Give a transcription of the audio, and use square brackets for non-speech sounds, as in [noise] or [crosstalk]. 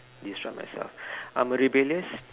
describe myself [breath] I'm a rebellious